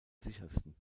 sichersten